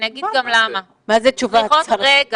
צריך